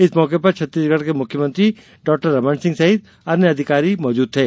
इस मौके पर छत्तीसगढ़ के मुख्यमंत्री डॉरमन सिंह सहित अन्य अधिकारी मौजूद थे